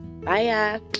bye